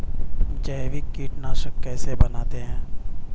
जैविक कीटनाशक कैसे बनाते हैं?